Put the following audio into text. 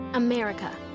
America